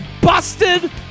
busted